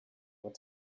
what